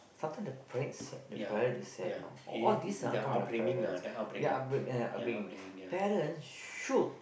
sometimes the parent itselft the parents itself you know all these ah come from the parents ya upbringing ya ya upbringing parents should